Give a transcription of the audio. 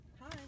Hi